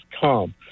come